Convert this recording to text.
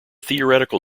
theoretical